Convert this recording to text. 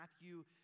Matthew